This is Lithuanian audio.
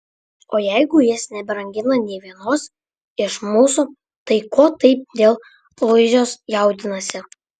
o jeigu jis nebrangina nė vieno iš mūsų tai ko taip dėl luizos jaudinasi